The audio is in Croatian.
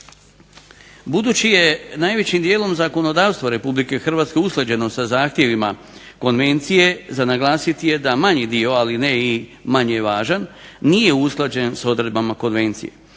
Budući je najvećim dijelom zakonodavstvo RH usklađeno sa zahtjevima konvencije za naglasiti je da manji dio ali ne i manje važan nije usklađen sa odredbama konvencije.